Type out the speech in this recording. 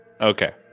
Okay